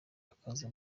akaza